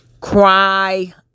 cry